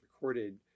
recorded